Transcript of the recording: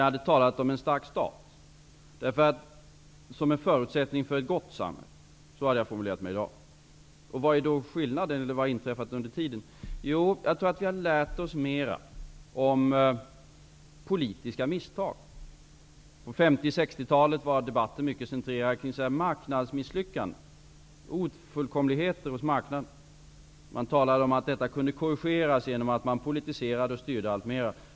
Jag hade talat om en stark stat som en förutsättning för ett gott samhälle -- så hade jag formulerat mig i dag. Vad är då skillnaden, och vad har inträffat under tiden? Jag tror att vi har lärt oss mer om politiska misstag. På 50 och 60-talet var debatten centrerad kring marknadsmisslyckanden, dvs. ofullkomligheter hos marknaden. Man talade om att detta kunde korrigeras genom att man politiserade och styrde alltmer.